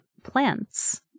Plants